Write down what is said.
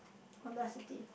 Honda City